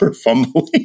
fumbling